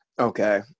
Okay